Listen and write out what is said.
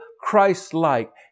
Christ-like